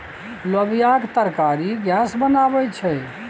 लोबियाक तरकारी गैस बनाबै छै